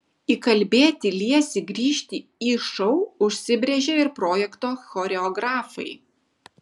įkalbėti liesį grįžti į šou užsibrėžė ir projekto choreografai